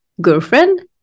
girlfriend